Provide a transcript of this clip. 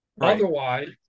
Otherwise